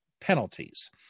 penalties